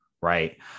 right